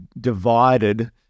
divided